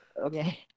Okay